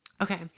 Okay